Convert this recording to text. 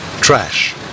trash